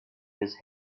his